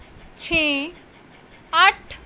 ਛੇ ਅੱਠ